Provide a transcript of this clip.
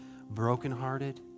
brokenhearted